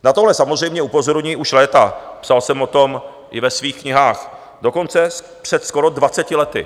Na tohle samozřejmě upozorňuji už léta, psal jsem o tom i ve svých knihách dokonce před skoro dvaceti lety.